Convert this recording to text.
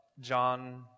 John